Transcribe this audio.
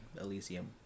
elysium